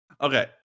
Okay